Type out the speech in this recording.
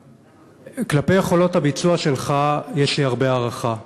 כלפי יכולות הביצוע שלך יש לי הרבה הערכה,